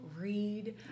read